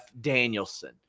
Danielson